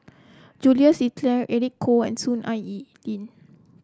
Jules Itier Eric Khoo and Soon Ai Ee Ling